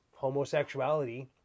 homosexuality